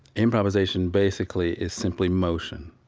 improvisation basically is simply motion.